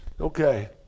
Okay